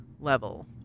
level